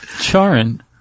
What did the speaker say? Charin